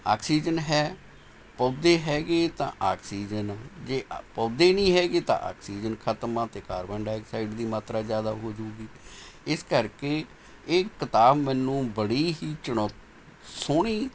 oxygen ਹੈ ਪੌਦੇ ਹੈਗੇ ਤਾਂ ਆਕਸੀਜਨ ਜੇ ਆ ਪੌਦੇ ਨਹੀਂ ਹੈਗੇ ਤਾਂ ਆਕਸੀਜਨ ਖਤਮ ਆ ਅਤੇ ਕਾਰਬਨ ਡਾਈਆਕਸਾਈਡ ਦੀ ਮਾਤਰਾ ਜ਼ਿਆਦਾ ਹੋਜੂਗੀ ਇਸ ਕਰਕੇ ਇਹ ਕਿਤਾਬ ਮੈਨੂੰ ਬੜੀ ਹੀ ਚੁਣੌਤ ਸੋਹਣੀ